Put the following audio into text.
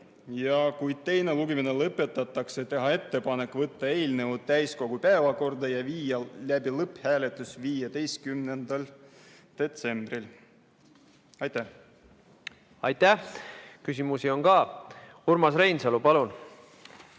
ja kui teine lugemine lõpetatakse, teha ettepanek võtta eelnõu täiskogu päevakorda ja viia läbi lõpphääletus 15. detsembril. Aitäh! Aitäh! Küsimusi on ka. Urmas Reinsalu, palun!